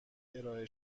ارائه